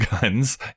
guns